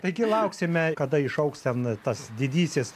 taigi lauksime kada išaugs ten tas didysis